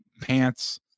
pants